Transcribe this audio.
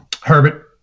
Herbert